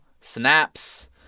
Snaps